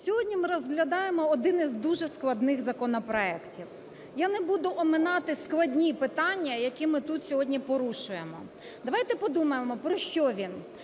сьогодні ми розглядаємо один із дуже складних законопроектів. Я не буду оминати складні питання, які ми тут сьогодні порушуємо. Давайте подумаємо, про що він.